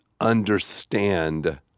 understand